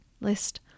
List